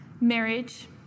marriage